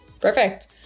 Perfect